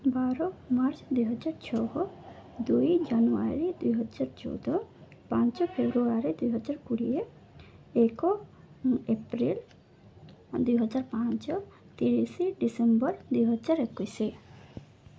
ବାର ମାର୍ଚ୍ଚ ଦୁଇ ହଜାର ଛଅ ଦୁଇ ଜାନୁଆରୀ ଦୁଇହଜାର ଚଉଦ ପାଞ୍ଚ ଫେବୃଆରୀ ଦୁଇ ହଜାର କୋଡ଼ିଏ ଏକ ଏପ୍ରିଲ ଦୁଇହଜାର ପାଞ୍ଚ ତିରିଶି ଡିସେମ୍ବର ଦୁଇ ହଜାର ଏକୋଇଶି